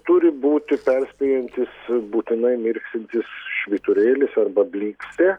turi būti perspėjantys būtinai mirksintys švyturėlis arba blykstė